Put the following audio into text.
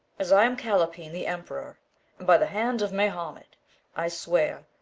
as i am callapine the emperor, and by the hand of mahomet i swear,